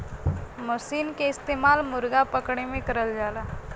मसीन के इस्तेमाल मुरगा पकड़े में करल जाला